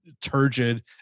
turgid